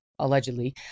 allegedly